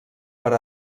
per